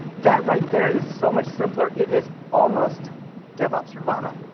that right there is so much simpler, it is almost devops nirvana!